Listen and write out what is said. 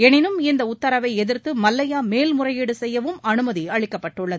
எளினும் இந்த உத்தரவை எதிர்த்து மல்லையா மேல்முறையீடு செய்யவும் அனுமதி அளிக்கப்பட்டுள்ளது